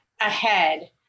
ahead